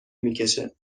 میکشه